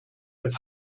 with